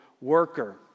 worker